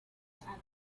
casa